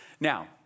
Now